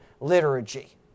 liturgy